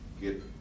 get